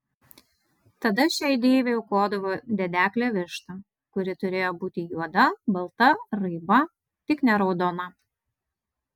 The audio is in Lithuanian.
tada šiai deivei aukodavo dedeklę vištą kuri turėjo būti juoda balta raiba tik ne raudona